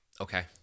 Okay